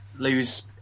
lose